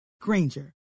granger